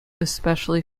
especially